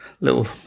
little